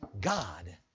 God